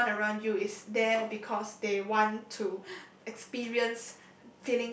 everyone around you is there because they want to experience